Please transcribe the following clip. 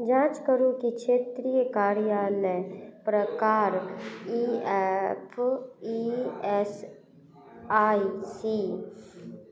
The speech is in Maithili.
जाँच करू कि क्षेत्रीय कर्यालय प्रकार ई एस आइ सी